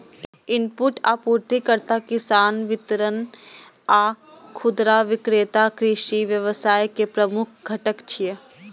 input आपूर्तिकर्ता, किसान, वितरक आ खुदरा विक्रेता कृषि व्यवसाय के प्रमुख घटक छियै